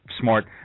smart